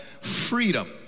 freedom